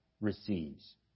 receives